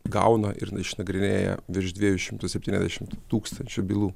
gauna ir išnagrinėja virš dviejų šimtų septyniasdešim tūkstančių bylų